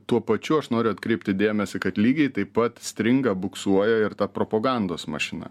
tuo pačiu aš noriu atkreipti dėmesį kad lygiai taip pat stringa buksuoja ir ta propagandos mašina